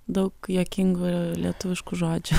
daug juokingų lietuviškų žodžių